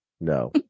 no